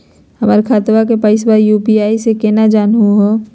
हमर खतवा के पैसवा यू.पी.आई स केना जानहु हो?